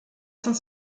cinq